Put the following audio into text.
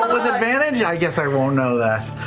with advantage? i guess i won't know that.